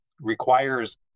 requires